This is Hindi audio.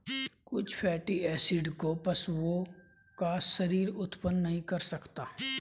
कुछ फैटी एसिड को पशुओं का शरीर उत्पन्न नहीं कर सकता है